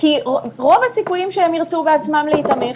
רוב הסיכויים שהם ירצו בעצמם להיתמך.